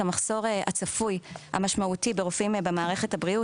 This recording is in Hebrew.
המחסור הצפוי המשמעותי של רופאים במערכת הבריאות,